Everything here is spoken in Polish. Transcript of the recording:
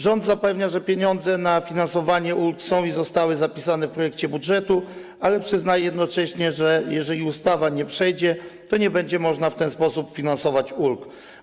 Rząd zapewnia, że pieniądze na finansowanie ulg są i że zostały zapisane w projekcie budżetu, ale przyznaje jednocześnie, że jeżeli ustawa nie przejdzie, to nie będzie można w ten sposób finansować ulg.